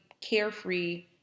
carefree